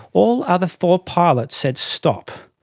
all other four pilots said stop.